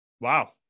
Wow